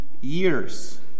years